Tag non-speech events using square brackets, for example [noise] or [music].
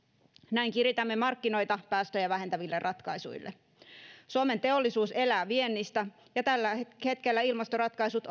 näin kiritämme markkinoita päästöjä vähentäville ratkaisuille suomen teollisuus elää viennistä ja tällä hetkellä ilmastoratkaisut [unintelligible]